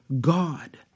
God